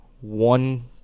one